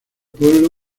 pueblo